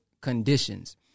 conditions